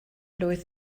blwydd